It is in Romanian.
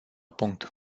punct